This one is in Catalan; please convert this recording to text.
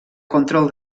control